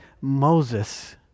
Moses